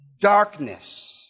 darkness